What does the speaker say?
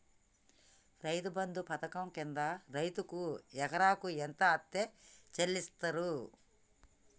రైతు బంధు పథకం కింద రైతుకు ఎకరాకు ఎంత అత్తే చెల్లిస్తరు?